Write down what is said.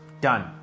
Done